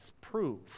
prove